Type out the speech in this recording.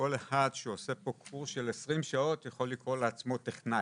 כל אחד שעושה פה קורס של 20 שעות יכול לקרוא לעצמו טכנאי.